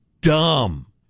dumb